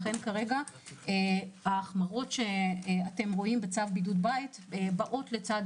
לכן כרגע ההחמרות שאתם רואים בצו בידוד בית באות לצד